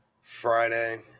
Friday